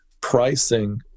pricing